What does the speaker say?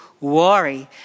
worry